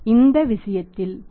இந்த விஷயத்தில் 10